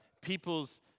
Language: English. people's